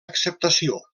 acceptació